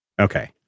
Okay